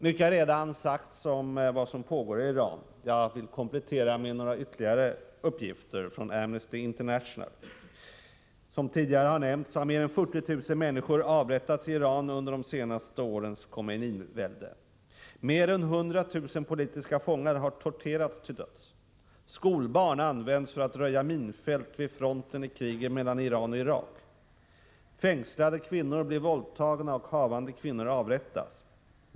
Mycket har redan sagts om vad som pågår i Iran. Jag vill komplettera med några ytterligare uppgifter från Amnesty International. Som tidigare har nämnts har mer än 40 000 människor avrättats i Iran under de senaste årens Khomeini-välde. Mer än 100 000 politiska fångar har torterats till döds. Skolbarn används för att röja minfält vid fronten i kriget mellan Iran och Irak. Fängslade kvinnor blir våldtagna, och havande kvinnor avrättas.